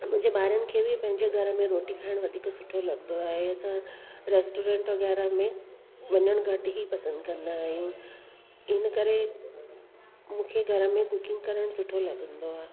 मुंहिंजे ॿारनि खे बि पंहिंजो घर में रोटी खाइणु वधीक सुठो लॻंदो आहे असां रेस्टोरेंट वग़ैरह में वञणु घटि ई पसंदि कंदा आहियूं इन करे मूंखे घर में कुकिंग करणु सुठो लॻंदो आहे